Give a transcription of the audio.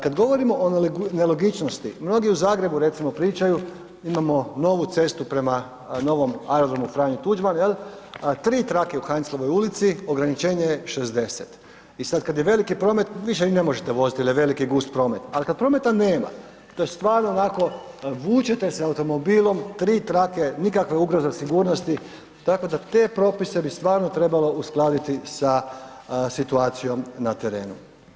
Kad govorimo o nelogično, mnogi u Zagrebu, recimo pričaju, imamo novu cestu prema novom aerodromu Franjo Tuđman, jel, tri trake u Heinzelovoj ulici, ograničenje je 60 i sad kad je veliki promet, više ni ne možete voziti jer je veliki i gust promet ali kad prometa nema, to je stvarno ovako, vučete se automobilom, tri trake, nikakve ugroze sigurnosti tako da te propise bi stvarno trebalo uskladiti sa situacijom na terenu.